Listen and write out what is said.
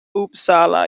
uppsala